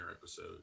episode